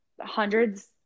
hundreds